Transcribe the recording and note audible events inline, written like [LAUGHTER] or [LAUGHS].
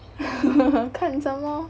[LAUGHS] 看 some more